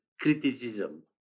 criticism